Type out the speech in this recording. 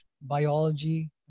biology